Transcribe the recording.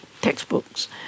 textbooks